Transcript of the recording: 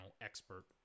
expert